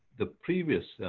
the previous